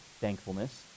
Thankfulness